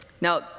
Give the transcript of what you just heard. Now